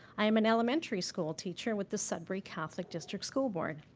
i am an elementary school teacher with the sudbury catholic district school board.